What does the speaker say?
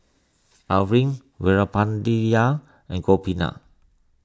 Arvind Veerapandiya and Gopinath